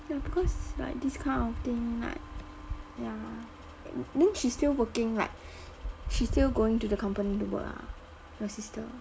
ya because like this kind of thing like ya then she still working like she's still going to the company to work ah your sister